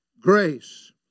grace